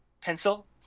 pencil